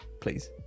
please